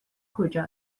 کجا